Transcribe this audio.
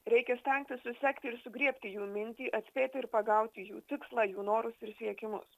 reikia stengtis susekti ir sugriebti jų mintį atspėti ir pagauti jų tikslą jų norus ir siekimus